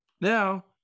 Now